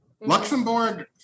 Luxembourg